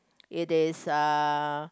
it is err